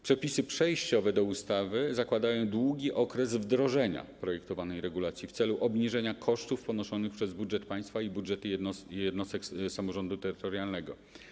Przepisy przejściowe ustawy zakładają długi okres wdrożenia projektowanej regulacji w celu obniżenia kosztów ponoszonych przez budżet państwa i budżety jednostek samorządu terytorialnego.